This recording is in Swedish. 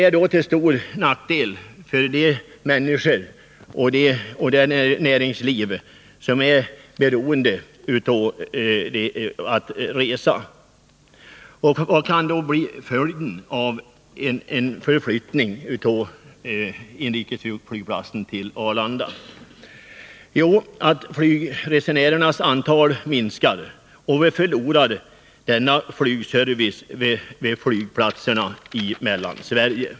Det är till stor nackdel för de människor och det näringsliv som är beroende av resandet. Vilken kan då följden bli av en flyttning av inrikesflygplatsen till Arlanda? Jo, det kan medföra att antalet flygresenärer minskar, och vi kommer därigenom att förlora flygservicen vid flygplatserna i Mellansverige.